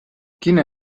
quina